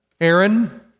Aaron